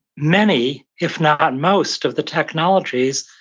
many, if not most of the technologies,